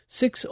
six